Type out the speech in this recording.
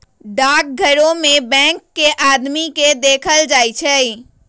डाकघरो में बैंक के आदमी के देखल जाई छई